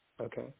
Okay